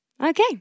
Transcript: okay